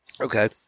Okay